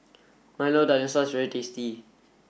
Milo Dinosaur is very tasty